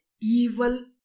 evil